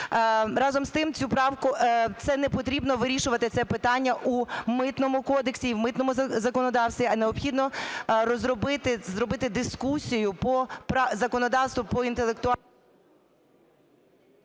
Разом з тим, цю правку… це не потрібно вирішувати це питання у Митному кодексі і в митному законодавстві, а необхідно зробити дискусію по законодавству, по… ГОЛОВУЮЧИЙ.